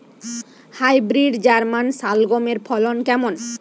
Hybrid German শালগম এর ফলন কেমন?